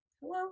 Hello